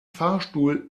fahrstuhl